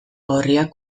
gorriak